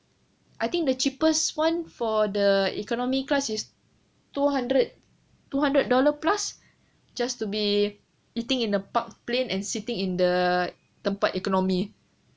I think the cheapest one for the economy class is two hundred two hundred dollar plus just to be eating in a parked plane and sitting in the tempat economy